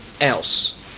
else